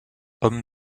homme